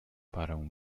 parę